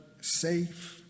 safe